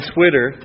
Twitter